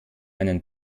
einen